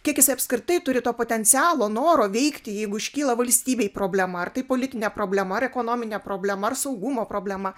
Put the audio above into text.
kiek jis apskritai turi to potencialo noro veikti jeigu iškyla valstybei problema ar tai politinė problema ar ekonominė problema ar saugumo problema